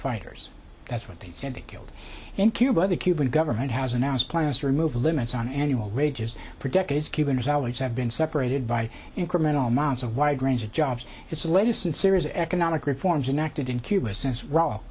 fighters that's what they said they killed in cuba the cuban government has announced plans to remove limits on annual rages for decades cuba has always have been separated by incremental amounts of wide range of jobs it's the latest in serious economic reforms and acted in cuba since raul